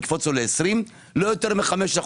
יקפוץ לו ל-20 - לא יותר מ-5%.